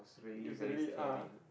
you suddenly ah